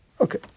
okay